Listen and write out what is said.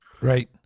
Right